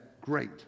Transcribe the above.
great